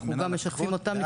אנחנו גם משתפים אותם תמיד.